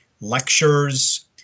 lectures